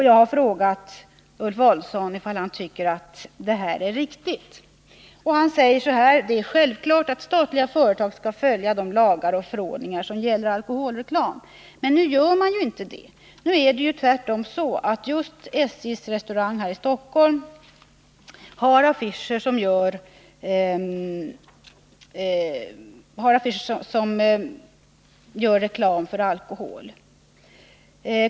Jag har frågat Ulf Adelsohn om han tycker att detta är riktigt. Och han svarar att det är självklart att statliga företag skall följa de lagar och förordningar som gäller beträffande alkoholreklam. Men nu gör man ju inte det! Det är tvärtom så att just SJ:s restaurang här i Stockholm har affischer Nr 54 som gör reklam för alkohol.